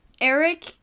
Eric